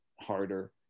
harder